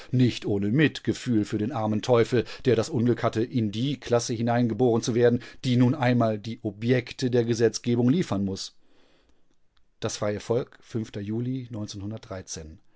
nicht ohne mitgefühl für den armen teufel der das unglück hatte in die klasse hineingeboren zu werden die nun einmal die objekte der gesetzgebung liefern muß das freie volk juli